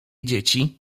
dzieci